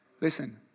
Listen